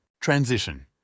Transition –